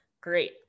Great